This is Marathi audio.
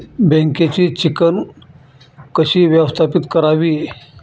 बँकेची चिकण कशी व्यवस्थापित करावी?